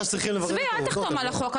אל תחתום על החוק,